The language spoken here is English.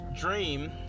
dream